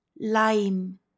lime